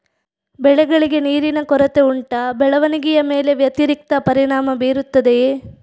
ಬೆಳೆಗಳಿಗೆ ನೀರಿನ ಕೊರತೆ ಉಂಟಾ ಬೆಳವಣಿಗೆಯ ಮೇಲೆ ವ್ಯತಿರಿಕ್ತ ಪರಿಣಾಮಬೀರುತ್ತದೆಯೇ?